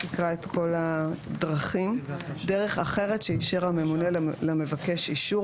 דרך אחרת שאישר הממונה למבקש אישור,